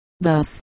Thus